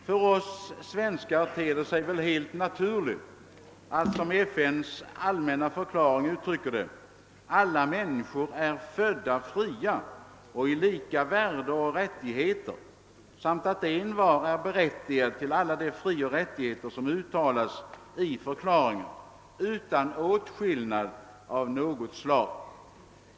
För oss svenskar ter det sig väl helt naturligt att — som FN:s allmänna förklaring uttrycker det — alla människor är födda fria och med lika värde och rättigheter samt att envar är berättigad till alla de frioch rättigheter som uttalas. i förklaringen utan åtskillnad av något slag.